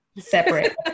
separate